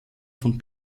von